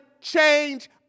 change